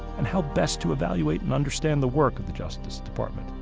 and how best to evaluate and understand the work of the justice department.